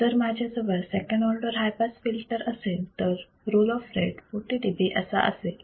जर माझ्याजवळ second order high pass filter असेल तर रोल ऑफ रेट 40 dB असा असेल